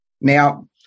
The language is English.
Now